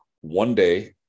one-day